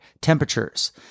temperatures